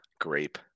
grape